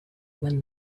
when